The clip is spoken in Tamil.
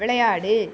விளையாடு